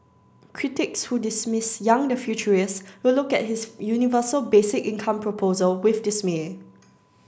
critics who dismiss Yang the futurist will look at his universal basic income proposal with dismay